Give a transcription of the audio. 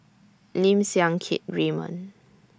Lim Siang Keat Raymond